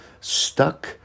stuck